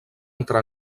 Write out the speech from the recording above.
entre